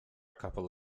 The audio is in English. couple